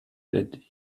that